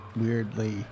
weirdly